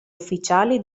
ufficiali